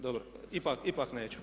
Dobro, ipak neću.